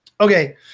Okay